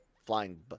flying